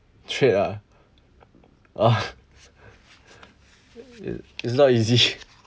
trade ah orh it's not easy